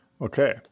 Okay